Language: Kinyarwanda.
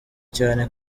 cyane